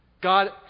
God